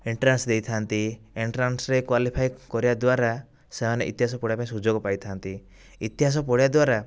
entrance ଦେଇଥାନ୍ତି ଏଣ୍ଟ୍ରାନ୍ସରେ qualify କରିବା ଦ୍ୱାରା ସେମାନେ ଇତିହାସ ପଢିବା ପାଇଁ ସୁଯୋଗ ପାଇଥାନ୍ତି ଇତିହାସ ପଢିବା ଦ୍ୱାରା